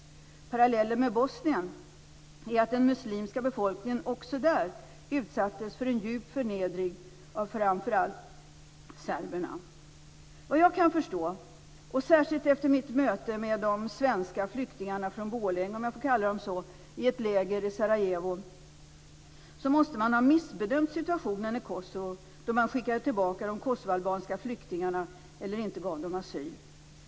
Parallellen med Bosnien är att den muslimska befolkningen också där utsattes för en djup förnedring av framför allt serberna. Såvitt jag kan förstå, särskilt efter mitt möte med de svenska flyktingarna från Borlänge - om jag får kalla dem så - i ett läger i Sarajevo, måste man ha missbedömt situationen i Kosovo då de kosovoalbanska flyktingarna skickades tillbaka eller då de inte medgavs asyl.